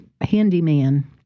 handyman